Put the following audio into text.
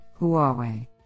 Huawei